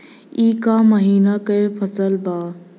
ई क महिना क फसल बा?